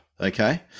okay